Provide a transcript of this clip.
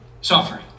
suffering